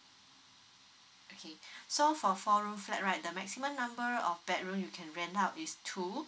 okay so for four room flat right the maximum number of bedroom you can rent out is two